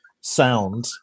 sound